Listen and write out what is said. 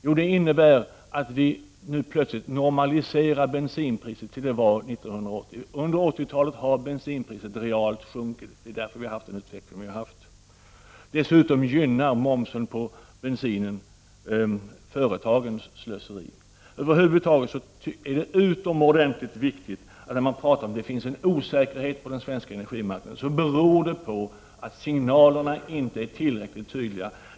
Jo, det innebär att vi nu plötsligt normaliserar bensinpriset till den nivå det hade 1980. Under 80-talet har bensinpriset realt sjunkit, och det är därför vi haft denna utveckling. Dessutom gynnar momsen på bensinen företagens slöseri. Över huvud taget är det utomordentligt viktigt att komma ihåg att osäkerheten på den svenska energimarknaden beror på att signalerna inte är tillräckligt tydliga.